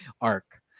arc